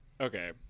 okay